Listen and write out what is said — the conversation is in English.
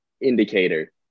indicator